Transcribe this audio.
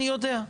אני יודע,